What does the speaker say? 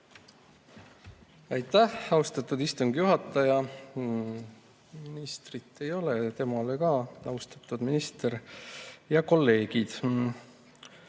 Aitäh, austatud istungi juhataja! Ministrit ei ole, aga temale ka: austatud minister ja kolleegid!